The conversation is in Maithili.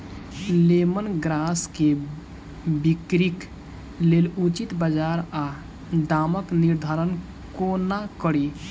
लेमन ग्रास केँ बिक्रीक लेल उचित बजार आ दामक निर्धारण कोना कड़ी?